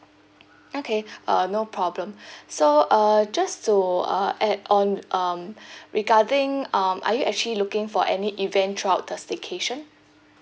okay uh no problem so uh just so uh add on um regarding um are you actually looking for any event throughout the staycation